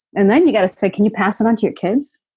and then you got to say, can you pass it on to your kids?